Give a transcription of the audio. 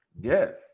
Yes